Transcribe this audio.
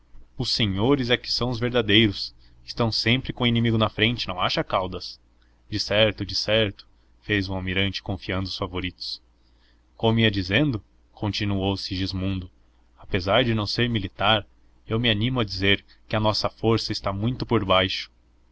os senhores é que são os verdadeiros estão sempre com o inimigo na frente não acha caldas decerto decerto fez o almirante cofiando os favoritos como ia dizendo continuou segismundo apesar de não ser militar eu me animo a dizer que a nossa força está muito por baixo